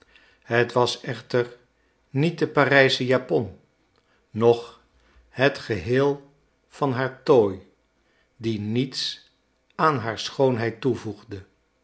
het was echter niet de parijsche japon noch het geheel van haar tooi die niets aan haar schoonheid toevoegde